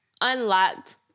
unlocked